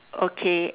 okay